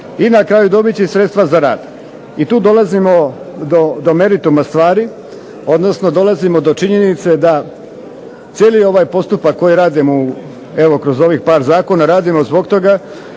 I na kraju dobit će sredstva za rad. I tu dolazimo do merituma stvari, odnosno dolazimo do činjenice da cijeli ovaj postupak koji radimo evo kroz ovih par zakona radimo zbog toga